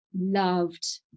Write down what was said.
loved